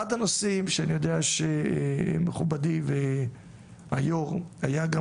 אחד הנושאים שאני יודע שמכובדי והיו"ר היה גם